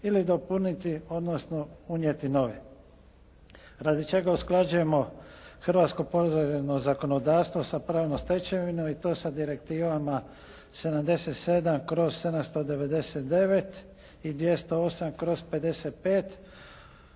ili dopuniti odnosno unijeti nove. Radi čega usklađujemo hrvatsko porezno zakonodavstvo sa pravnom stečevinom i to sa Direktivama 77/799 i 208/55